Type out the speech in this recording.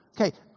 Okay